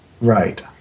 Right